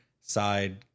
side